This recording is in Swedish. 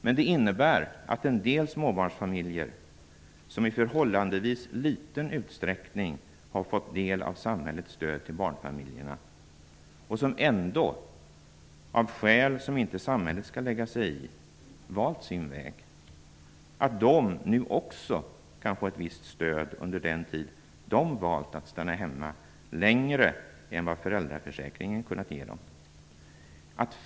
Men det innebär att en del småbarnsfamiljer, som i förhållandevis liten utsträckning har fått del av samhällets stöd till barnfamiljerna och som ändå, av skäl som inte samhället skall lägga sig i, valt sin väg, nu också kan få ett visst stöd under den tid de valt att stanna hemma längre än vad föräldraförsäkringen kunnat ge dem.